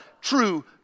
true